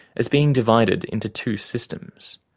as being divided into two systems.